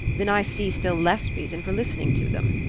then i see still less reason for listening to them.